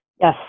Yes